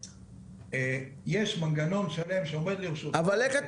יש מנגנון שלם שעומד לרשותו --- איך אתה